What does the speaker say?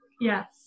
Yes